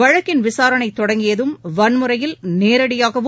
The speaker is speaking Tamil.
வழக்கின் விசாரணை தொடங்கியதும் வன்முறையில் நேரடியாகவும்